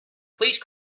please